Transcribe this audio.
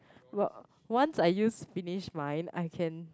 wha~ once I used finish mine I can